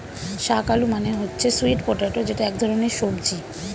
শাক আলু মানে হচ্ছে স্যুইট পটেটো যেটা এক ধরনের সবজি